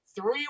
three